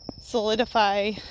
solidify